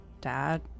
dad